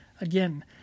again